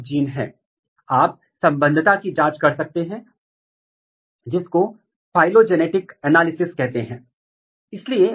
जब हम विश्लेषण कर रहे हैं कि क्या वे एक ही पाथवे या अलग पाथवे में काम कर रहे हैं